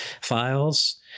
files